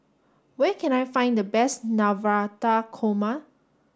where can I find the best Navratan Korma